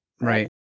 right